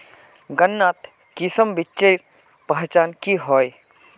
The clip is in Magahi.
गन्नात किसम बिच्चिर पहचान की होय?